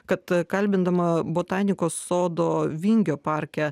kad kalbindama botanikos sodo vingio parke